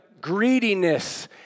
greediness